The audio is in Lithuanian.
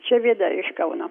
čia vida iš kauno